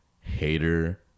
hater